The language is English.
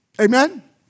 Amen